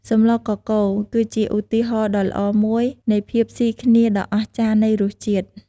សម្លកកូរ គឺជាឧទាហរណ៍ដ៏ល្អមួយនៃភាពស៊ីគ្នាដ៏អស្ចារ្យនៃរសជាតិ។